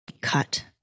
Cut